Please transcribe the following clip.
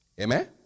Amen